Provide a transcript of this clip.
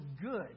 good